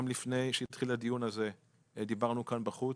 גם לפני שהתחיל הדיון הזה דיברנו כאן בחוץ,